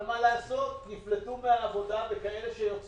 1% מהאוכלוסייה נושא בנטל הזה של שירות